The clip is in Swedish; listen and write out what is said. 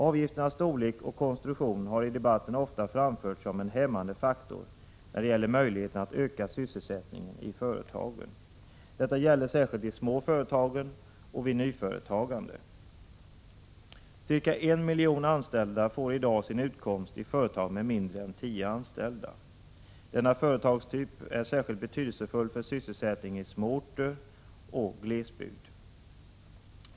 Avgifternas storlek och konstruktion har i debatten ofta framförts som en hämmande faktor när det gäller möjligheten att öka sysselsättningen i företagen. Detta gäller särskilt de små företagen och vid nyföretagande. Cirka en miljon anställda får i dag sin utkomst i företag med mindre än tio anställda. Denna företagstyp är särskilt betydelsefull för sysselsättningen i små orter och glesbygd.